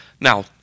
Now